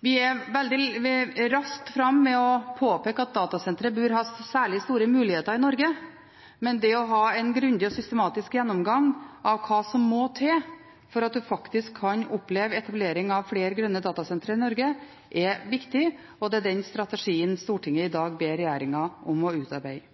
Vi er raskt framme med å påpeke at datasentre bør ha særlig store muligheter i Norge, men det å ha en grundig og systematisk gjennomgang av hva som må til for at man faktisk kan oppleve etablering av flere grønne datasentre i Norge, er viktig, og det er den strategien Stortinget i dag ber regjeringen om å utarbeide.